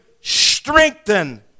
strengthen